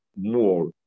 more